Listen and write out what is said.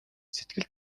сэтгэл